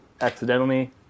accidentally